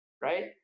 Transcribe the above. Right